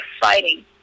fighting